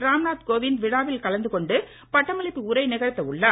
ராம்நாத் கோவிந்த் விழாவில் கலந்து கொண்டு பட்டமளிப்பு உரை நிகழ்த்த உள்ளார்